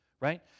right